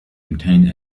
contained